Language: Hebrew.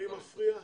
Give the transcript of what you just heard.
מפריע לי.